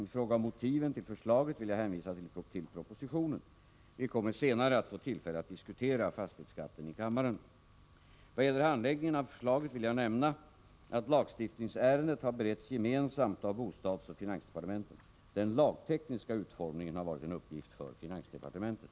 I fråga om motiven till förslaget vill jag hänvisa till propositionen. Vi kommer senare att få tillfälle att diskutera fastighetsskatten i kammaren. Vad gäller handläggningen av förslaget vill jag nämna att lagstiftningsärendet har beretts gemensamt av bostadsoch finansdepartementen. Den lagtekniska utformningen har varit en uppgift för finansdepartementet.